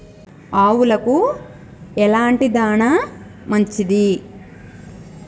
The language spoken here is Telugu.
ఆవులకు ఎలాంటి దాణా మంచిది?